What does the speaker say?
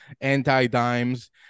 anti-dimes